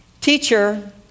Teacher